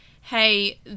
hey